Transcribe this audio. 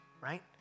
right